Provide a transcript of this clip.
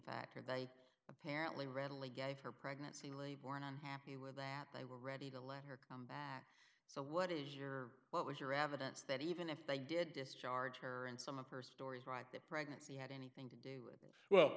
factor by apparently readily gave her pregnancy labor an unhappy with that they were ready to let her come back so what is your what was your evidence that even if they did discharge her in some of her stories right the pregnancy had anything to do with them well